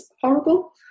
horrible